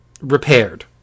repaired